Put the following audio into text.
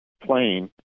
plane